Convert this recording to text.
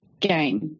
game